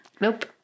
Nope